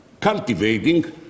cultivating